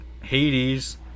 Hades